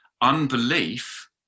Unbelief